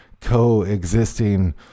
coexisting